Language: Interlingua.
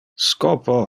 scopo